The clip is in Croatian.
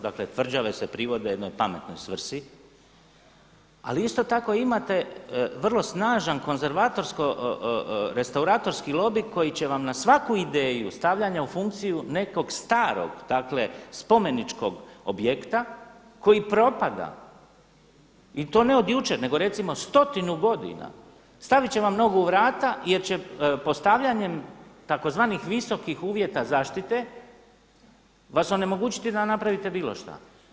Dakle, tvrđave se privode jednoj pametnoj svrsi, ali isto tako imate vrlo snažan konzervatorsko restauratorski lobi koji će vam na svaku ideju stavljanja u funkciju nekog starog, dakle spomeničkog objekta koji propada i to ne od jučer nego recimo stotinu godina, stavit će vam nova vrata jer će postavljanjem tzv. visokih uvjeta zaštite vas onemogućiti da napravite bilo šta.